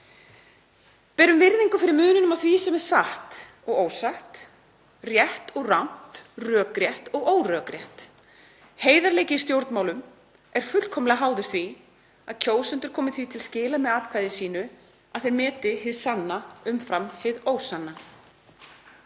Berum virðingu fyrir muninum á því sem er satt og ósatt, rétt og rangt, rökrétt og órökrétt. Heiðarleiki í stjórnmálum er fullkomlega háður því að kjósendur komi því til skila með atkvæði sínu að þeir meti hið sanna umfram hið ósanna.